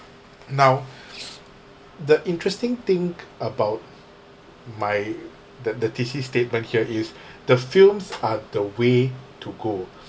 now the interesting thing about my the the thesis statement here is the films are the way to go